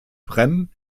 prem